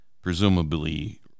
presumably